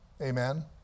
Amen